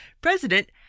president